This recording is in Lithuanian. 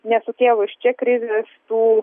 nesukėlus čia krizės tų